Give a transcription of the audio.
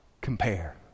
Compare